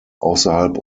außerhalb